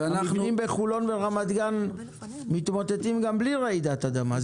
המבנים בחולון ורמת גן מתמוטטים גם בלי רעידת אדמה.